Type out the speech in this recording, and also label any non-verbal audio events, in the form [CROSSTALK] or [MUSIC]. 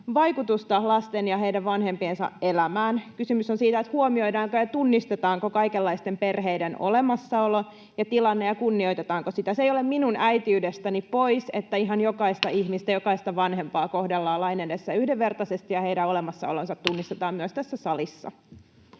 vaikutusta lasten ja heidän vanhempiensa elämään. Kysymys on siitä, huomioidaanko ja tunnistetaanko kaikenlaisten perheiden olemassaolo ja tilanne ja kunnioitetaanko sitä. Se ei ole minun äitiydestäni pois, että ihan jokaista ihmistä, [NOISE] jokaista vanhempaa, kohdellaan lain edessä yhdenvertaisesti ja heidän olemassaolonsa [NOISE] tunnistetaan myös tässä salissa.